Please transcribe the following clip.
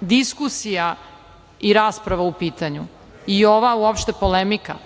diskusija i rasprava u pitanju i ova uopšte polemika